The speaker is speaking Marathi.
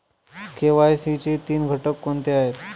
के.वाय.सी चे तीन घटक कोणते आहेत?